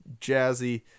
jazzy